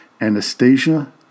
Anastasia